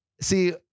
See